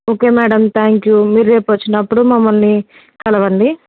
okay madam thank you మీరు రేపు వచ్చినప్పుడు మమ్మల్ని కలవండి